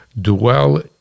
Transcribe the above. dwell